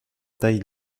taille